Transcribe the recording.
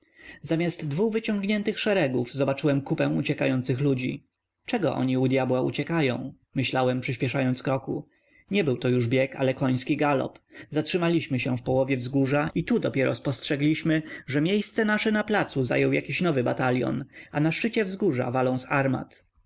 zamiast dwu wyciągniętych szeregów zobaczyłem kupę uciekających ludzi czego oni u dyabła uciekają myślałem przyspieszając kroku nie był to już bieg ale koński galop zatrzymaliśmy się w połowie wzgórza i tu dopiero spostrzegliśmy że miejsce nasze na placu zajął jakiś nowy batalion a na szczycie wzgórza